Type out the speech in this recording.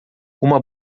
uma